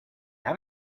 have